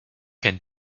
can